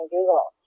Google